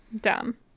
dumb